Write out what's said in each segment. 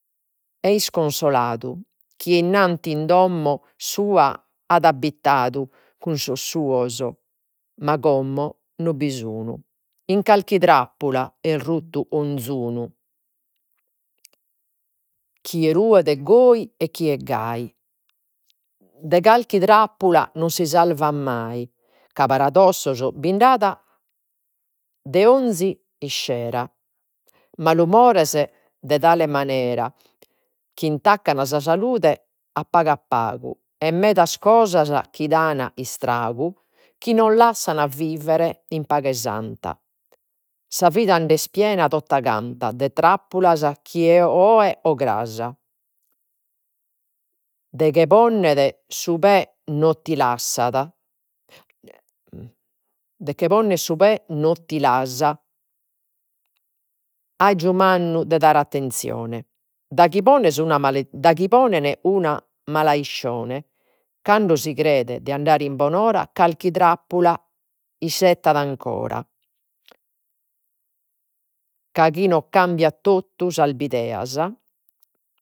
isconsoladu chie innanti in domo sua at abitadu cun sos suos, ma como no bi sun, in carchi trappula est ruttu 'onzunu chie ruet goi e chie gai, de carchi trappula no si salvat mai, ca bind'at de 'onzi iscera, malumores de tale manera chi intaccan sa salude a pagu a pagu, e medas cosas chi dan istragu, chi non lassan vivere in paghe santa, sa vida nd'est piena tota canta de trappulas o cras, de che ponnere su pè. No ti lassat de che ponner su pè non ti l'as aju mannu de dare attenzione, daghi pones una, dagli ponentesi una malaiscione, cando si cret de andare in bonora carchi trappula isettat ancora, ca chi nos cambiat totu sas bideas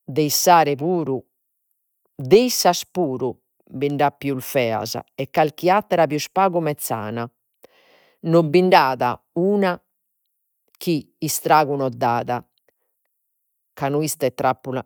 de puru, de issas puru bind'at pius feas e calchi attera pius pagu mezzana, no bind'at una chi istragu no dat ca si no trappula